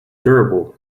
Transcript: durable